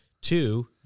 Two